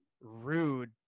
rude